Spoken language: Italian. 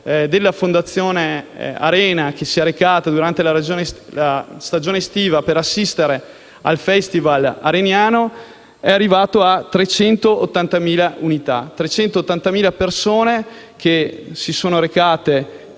della Fondazione Arena che si è recato durante la stagione estiva ad assistere al festival areniano è arrivato a 380.000 unità, cioè 380.000 persone che si sono recate